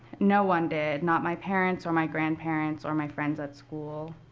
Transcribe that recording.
no one did, not my parents or my grandparents or my friends at school.